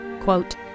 quote